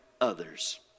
others